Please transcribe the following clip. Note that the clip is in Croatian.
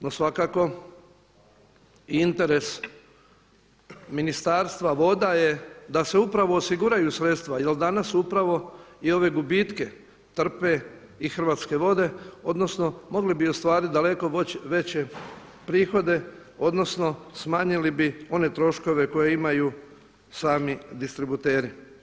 No, svakako i interes Ministarstva voda je da se upravo osiguraju sredstva, jer danas upravo i ove gubitke trpe i Hrvatske vode odnosno mogli bi ostvariti daleko veće prihode odnosno smanjili bi one troškove koje imaju sami distributeri.